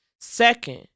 Second